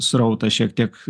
srautas šiek tiek